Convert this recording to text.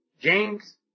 James